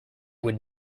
would